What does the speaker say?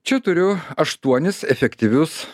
čia turiu aštuonis efektyvius